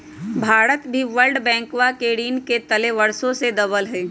भारत भी वर्ल्ड बैंकवा के ऋण के तले वर्षों से दबल हई